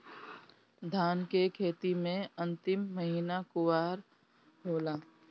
धान के खेती मे अन्तिम महीना कुवार होला?